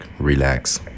relax